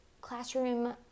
classroom